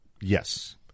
Yes